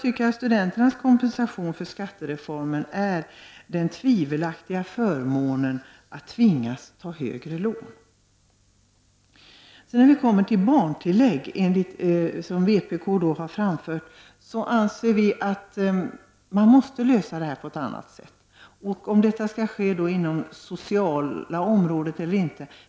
Studenternas kompensation för skattereformen är den tvivelaktiga förmånen att tvingas ta högre lån. Vpk har framfört ett förslag om barntillägg. Vi i miljöpartiet anser att det måste lösas på något annat sätt. Vi vet inte om det skall ske inom det sociala området eller inte.